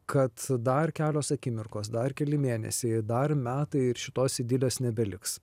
kad dar kelios akimirkos dar keli mėnesiai dar metai ir šitos idilės nebeliks